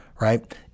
right